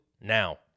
now